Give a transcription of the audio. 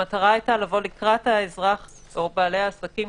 המטרה היתה לבוא לקראת האזרח או בעלי העסקים,